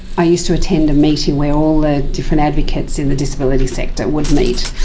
i used to attend a meeting where all the different advocates in the disability sector would meet,